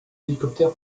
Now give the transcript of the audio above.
hélicoptère